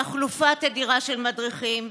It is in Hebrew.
תחלופה תדירה של מדריכים.